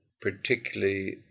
particularly